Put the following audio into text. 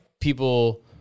people